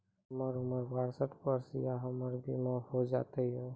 हमर उम्र बासठ वर्ष या हमर बीमा हो जाता यो?